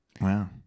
Wow